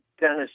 Dennis